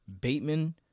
Bateman